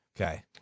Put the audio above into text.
Okay